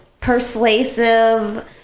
persuasive